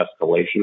escalation